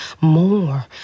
more